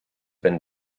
been